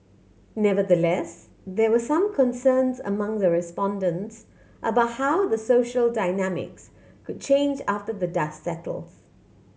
nevertheless there were some concerns among the respondents about how the social dynamics could change after the dust settles